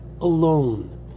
alone